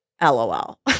LOL